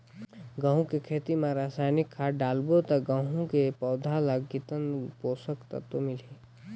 गंहू के खेती मां रसायनिक खाद डालबो ता गंहू के पौधा ला कितन पोषक तत्व मिलही?